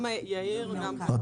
גם יאיר --- אני